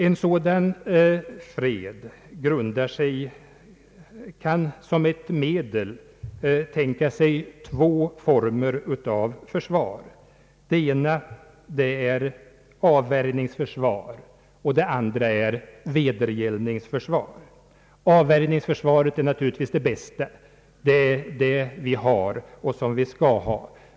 Som ett medel för en sådan fred kan man tänka sig två former av försvar: den ena formen är avvärjningsförsvar och den andra är vedergällningsförsvar. Avvärjningsförsvar är naturligtvis det bästa — det är vad vi har och skall ha.